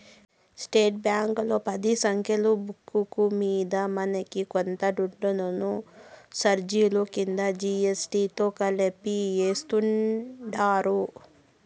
state బ్యాంకీలో పది సెక్కులున్న బుక్కు మింద మనకి కొంత దుడ్డుని సార్జిలు కింద జీ.ఎస్.టి తో కలిపి యాస్తుండారు